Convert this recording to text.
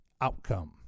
outcome